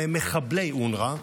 מחבלי אונר"א,